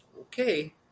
Okay